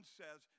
says